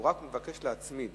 הוא רק מבקש להצמיד